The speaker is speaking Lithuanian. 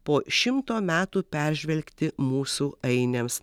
po šimto metų peržvelgti mūsų ainiams